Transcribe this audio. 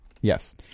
Yes